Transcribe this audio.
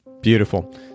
Beautiful